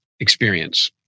experience